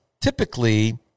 typically